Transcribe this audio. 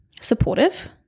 supportive